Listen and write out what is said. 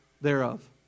thereof